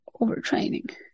overtraining